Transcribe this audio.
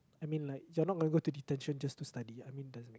I mean like you're not gonna go to detention just to study I mean doesn't